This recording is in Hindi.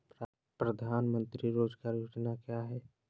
प्रधानमंत्री रोज़गार योजना क्या है?